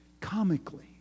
Comically